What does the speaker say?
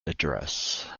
address